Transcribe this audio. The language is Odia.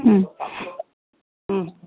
ହୁଁ ହୁଁ